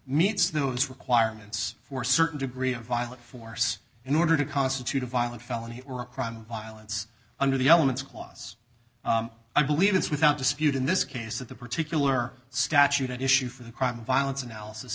meets those requirements for certain degree of violent force in order to constitute a violent felony or a crime of violence under the elements clause i believe it's without dispute in this case that the particular statute at issue for the crime of violence analysis